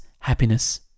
Happiness